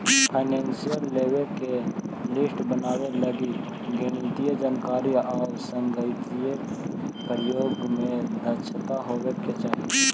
financial लेवे के list बनावे लगी गणितीय जानकारी आउ संगणकीय प्रयोग में दक्षता होवे के चाहि